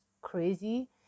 crazy